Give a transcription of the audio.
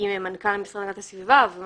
עם המנכ"ל המשרד להגנת הסביבה ועם